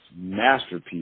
masterpiece